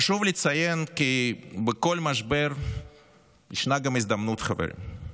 חשוב לציין כי בכל משבר יש גם הזדמנות, חברים,